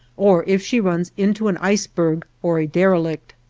or if she runs into an iceberg or a derelict,